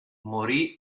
morì